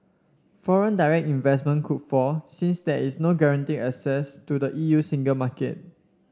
foreign direct investment could fall since there is no guaranteed access to the E U single market